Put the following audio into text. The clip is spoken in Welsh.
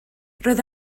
roedd